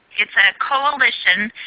it's a coalition.